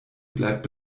bleibt